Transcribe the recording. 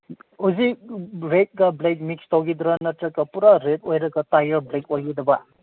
ꯍꯧꯖꯤꯛ ꯔꯦꯠꯀ black mix ꯇꯧꯒꯗ꯭ꯔꯥ ꯅꯠꯇ꯭ꯔꯒ ꯄꯨꯔꯥ ꯔꯦꯠ ꯑꯣꯏꯔꯒ ꯇꯥꯏꯌꯔ ꯕ꯭ꯂꯦꯛ ꯑꯣꯏꯒꯗꯕ